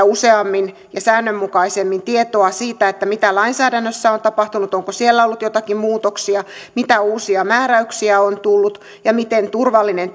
useammin ja säännönmukaisemmin tietoa siitä mitä lainsäädännössä on tapahtunut onko siellä ollut jotakin muutoksia mitä uusia määräyksiä on tullut ja miten turvallinen